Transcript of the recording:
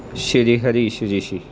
ਸ਼੍ਰੀ Harish ਰਿਸ਼ੀ